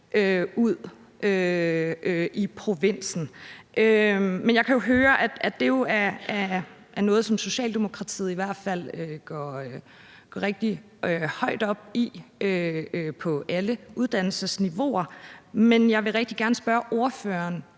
ud i provinsen. Jeg kan jo høre, at det er noget, som Socialdemokratiet i hvert fald går rigtig højt op i på alle uddannelsesniveauer, men jeg vil rigtig gerne spørge ordføreren,